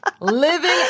Living